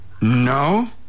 No